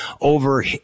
over